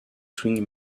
swing